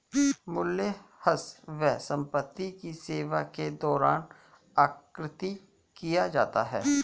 मूल्यह्रास व्यय संपत्ति की सेवा के दौरान आकृति किया जाता है